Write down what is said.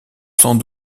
sans